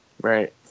right